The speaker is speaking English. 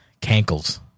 cankles